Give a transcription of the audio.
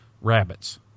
rabbits